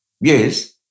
Yes